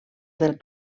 del